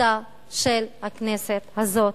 חסותה של הכנסת הזאת.